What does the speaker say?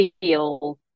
feel